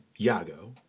Iago